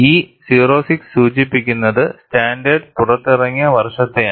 ഈ 06 സൂചിപ്പിക്കുന്നത് സ്റ്റാൻഡേർഡ് പുറത്തിറങ്ങിയ വർഷത്തെയാണ്